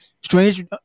Strange